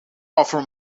offer